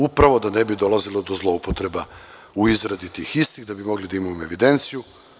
Upravo da ne bi došlo do zloupotreba u izradi tih istih, da bi mogli da imamo evidenciju.